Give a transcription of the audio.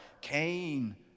Cain